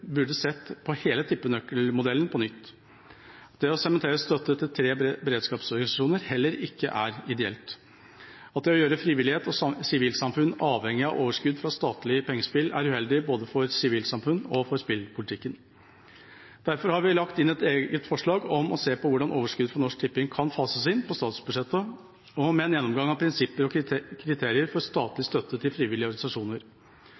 å sementere støtte til tre beredskapsorganisasjoner heller ikke er ideelt. Det å gjøre frivillighet og sivilsamfunn avhengig av overskudd fra statlige pengespill er uheldig både for sivilsamfunnet og for spillpolitikken. Derfor har vi lagt inn et eget forslag om å se på hvordan overskuddet fra Norsk Tipping kan fases inn på statsbudsjettet, og om en gjennomgang av prinsipper og kriterier for statlig støtte til frivillige organisasjoner.